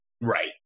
Right